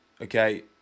okay